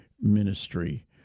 ministry